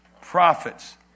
Prophets